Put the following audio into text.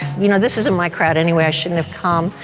you know, this isn't my crowd anyway. i shouldn't have come.